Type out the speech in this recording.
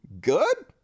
good